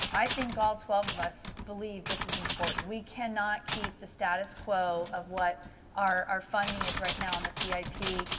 i think all twelve of us believe this is important. we cannot keep the status quo of what our our funding is right now on the c i p.